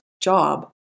job